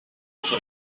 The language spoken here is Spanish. por